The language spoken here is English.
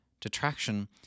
Detraction